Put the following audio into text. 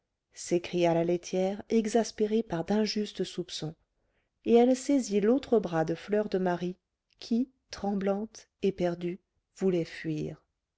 s'écria la laitière exaspérée par d'injustes soupçons et elle saisit l'autre bras de fleur de marie qui tremblante éperdue voulait fuir